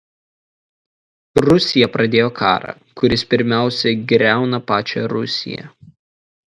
rusija pradėjo karą kuris pirmiausia griauna pačią rusiją